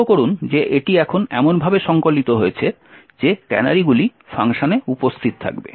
লক্ষ্য করুন যে এটি এখন এমনভাবে সংকলিত হয়েছে যে ক্যানারিগুলি ফাংশনে উপস্থিত থাকবে